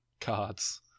cards